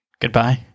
Goodbye